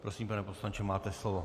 Prosím, pane poslanče, máte slovo.